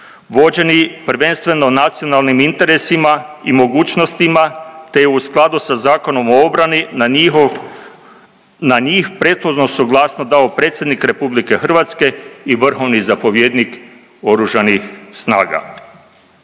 vođeni prvenstveno nacionalnim interesima i mogućnostima te u skladu sa Zakonom o obrani na njihov, na njih prethodnu suglasnost dao Predsjednik RH i vrhovni zapovjednik oružanih snaga.